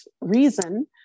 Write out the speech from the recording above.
reason